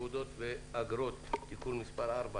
תעודות ואגרות) (תיקון מס' 4